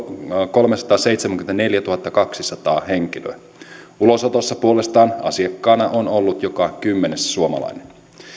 kolmesataaseitsemänkymmentäneljätuhattakaksisataa henkilöä ulosotossa puolestaan asiakkaana on ollut joka kymmenes suomalainen